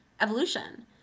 evolution